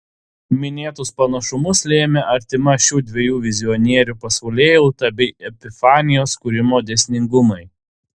minėtus panašumus lėmė artima šių dviejų vizionierių pasaulėjauta bei epifanijos kūrimo dėsningumai